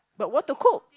but what to cook